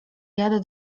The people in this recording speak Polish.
jadę